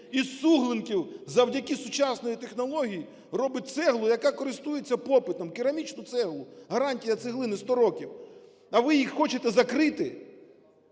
Із суглинків завдяки сучасній технології робить цеглу, яка користується попитом. Керамічну цеглу, гарантія цеглини - 100 років. А ви їх хочете закрити?